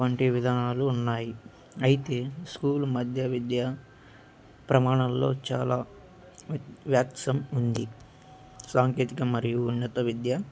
వంటి విధానాలు ఉన్నాయి అయితే స్కూల్ మధ్యామిక విద్య ప్రమాణంలో చాలా వ్యత్యాసం ఉంది సాంకేతికత మరియు ఉన్నత విద్య